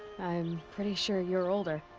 i'm. pretty sure you're older.